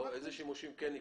לא, איזה שימושים כן ייכללו.